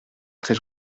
très